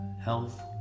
Health